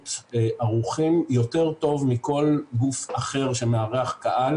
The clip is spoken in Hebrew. התרבות ערוכים יותר טוב מכל גוף אחר שמארח קהל